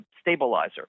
stabilizer